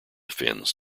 fins